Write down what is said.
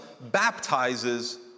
baptizes